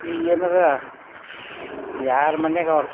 ಈಗ ಏನಾದ್ರು ಯಾರ ಮನೆಗೆ ಅವ್ರು